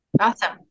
Awesome